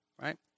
Right